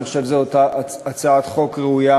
אני חושב שזאת הצעת חוק ראויה.